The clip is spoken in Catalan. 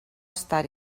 estar